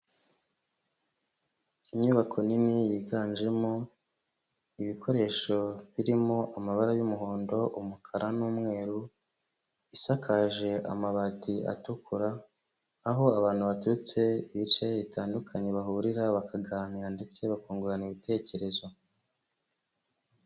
Inyubako nini yiganjemo ibikoresho birimo amabara y'umuhondo, umukara n'umweru, isakaje amabati atukura, aho abantu baturutse ibice bitandukanye bahurira bakaganira ndetse bakungurana ibitekerezo.